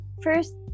first